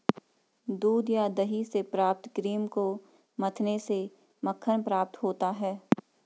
दूध या दही से प्राप्त क्रीम को मथने से मक्खन प्राप्त होता है?